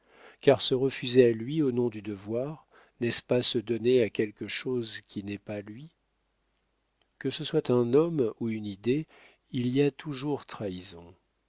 car se refuser à lui au nom du devoir n'est-ce pas se donner à quelque chose qui n'est pas lui que ce soit un homme ou une idée il y a toujours trahison